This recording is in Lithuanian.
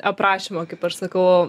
aprašymo kaip aš sakau